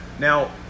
Now